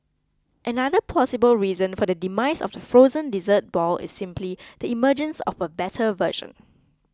another plausible reason for the demise of the frozen dessert ball is simply the emergence of a better version